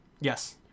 yes